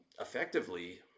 effectively